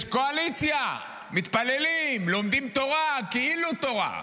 יש קואליציה, מתפללים, לומדים תורה, כאילו תורה.